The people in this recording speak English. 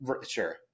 Sure